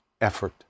effort